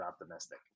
optimistic